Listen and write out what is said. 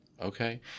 Okay